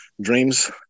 dreams